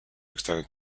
extended